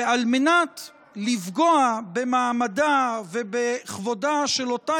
ועל מנת לפגוע במעמדה ובכבודה של אותה